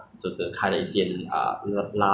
不然哪里会这样难吃